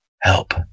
Help